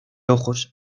ojos